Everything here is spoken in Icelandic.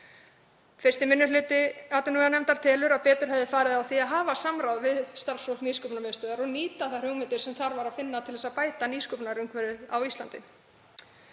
1. minni hluti atvinnuveganefndar telur að betur hefði farið á því að hafa samráð við starfsfólk Nýsköpunarmiðstöðvar og nýta þær hugmyndir sem þar er að finna til þess að bæta nýsköpunarumhverfið á Íslandi.